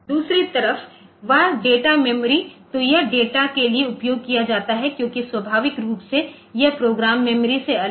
दूसरी तरफ वह डेटा मेमोरी तो यह डेटा के लिए उपयोग किया जाता है क्योंकि स्वाभाविक रूप से यह प्रोग्राम मेमोरी से अलग है